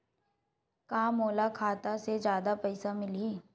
का मोला खाता से जादा पईसा मिलही?